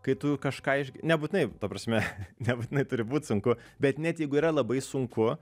kai tu kažką iš nebūtinai ta prasme nebūtinai turi būt sunku bet net jeigu yra labai sunku